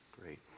Great